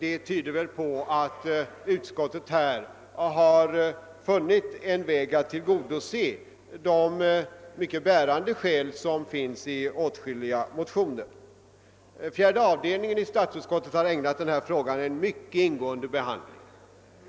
Det tyder väl på att utskottet har funnit en väg att tillgodose de mycket bärande argument som förs fram i åtskilliga motioner. Statsutskottets fjärde avdelning har ägnat denna fråga en mycket noggrann behandling.